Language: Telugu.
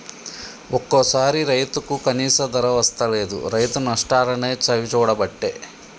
ఒక్కోసారి రైతుకు కనీస ధర వస్తలేదు, రైతు నష్టాలనే చవిచూడబట్టే